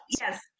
Yes